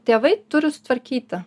tėvai turi sutvarkyti